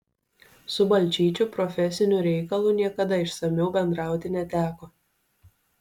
su balčyčiu profesiniu reikalu niekada išsamiau bendrauti neteko